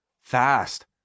fast